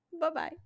Bye-bye